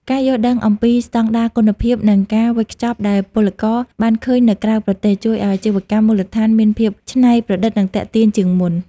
ការយល់ដឹងអំពីស្ដង់ដារគុណភាព និងការវេចខ្ចប់ដែលពលករបានឃើញនៅក្រៅប្រទេស ជួយឱ្យអាជីវកម្មមូលដ្ឋានមានភាពច្នៃប្រឌិត និងទាក់ទាញជាងមុន។